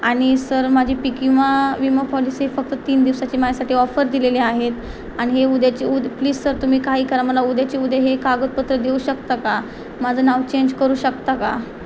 आणि सर माझी पिक विमा विमा पॉलिसी फक्त तीन दिवसाची माझ्यासाठी ऑफर दिलेली आहेत आणि हे उद्याच्या उद्या प्लीज सर तुम्ही काही करा मला उद्याच्या उद्या हे कागदपत्र देऊ शकता का माझं नाव चेंज करू शकता का